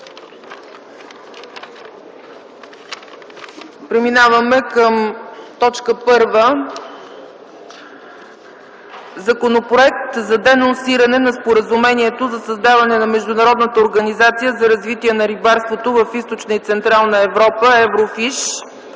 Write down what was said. земеделието и горите относно Законопроект за денонсиране на Споразумението за създаване на Международната организация за развитие на рибарството в Източна и Централна Европа (Еврофиш),